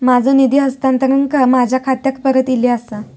माझो निधी हस्तांतरण माझ्या खात्याक परत इले आसा